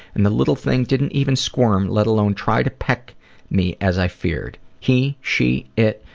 and the little thing didn't even squirm, let alone try to peck me as i feared. he, she, it,